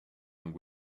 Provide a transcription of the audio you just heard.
and